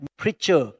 preacher